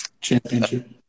Championship